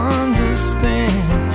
understand